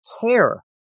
care